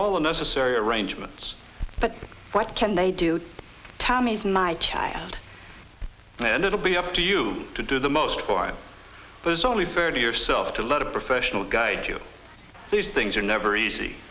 all the necessary arrangements but what can they do tammy is my child and it'll be up to you to do the most for it but it's only fair to yourself to let a professional guide to these things are never easy